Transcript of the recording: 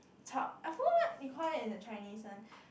I forgot what you call it in the Chinese one